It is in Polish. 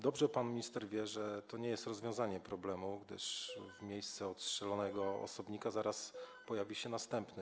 Dobrze pan minister wie, że to nie jest rozwiązanie problemu, gdyż w miejsce odstrzelonego osobnika zaraz pojawi się następny.